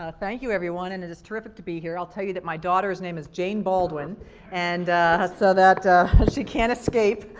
ah thank you, everyone, and it is terrific to be here. i'll tell you that my daughter's name is jane baldwin and so that she can't escape